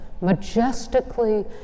majestically